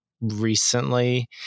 recently